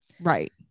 Right